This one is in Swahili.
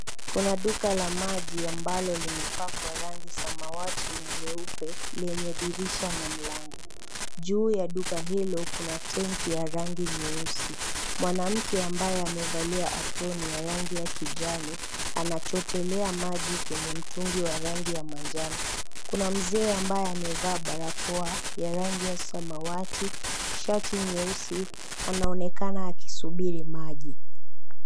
Kuna duka la maji ambalo limepakwa rangi samawati na nyeupe lenye dirisha na mlango. Juu ya duka hilo kuna tenki ya rangi nyeusi. Mwanamke ambaye amevalia aproni ya rangi ya kijani anachotelelea maji kwenye mtungi wa rangi ya manjano. Kuna mzee ambaye amevaa barakoa ya rangi ya samawati, shati nyeusi anaonekana akisubiri maji.